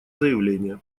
заявление